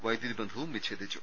വൈദ്യുതി ബന്ധവും വിച്ഛേദിച്ചു